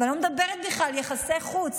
ואני לא מדברת בכלל על יחסי חוץ,